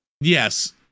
Yes